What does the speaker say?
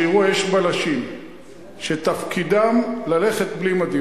אירוע יש בלשים שתפקידם ללכת בלי מדים,